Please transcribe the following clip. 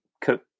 cook